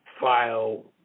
file